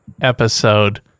Episode